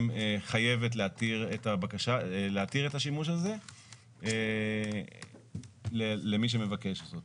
חייבת להתיר את השימוש הזה למי שמבקש זאת.